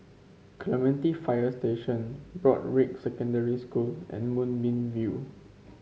Clementi Fire Station Broadrick Secondary School and Moonbeam View